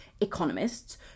economists